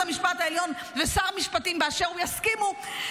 המשפט העליון ושר המשפטים באשר הוא יסכימו,